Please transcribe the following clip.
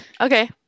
okay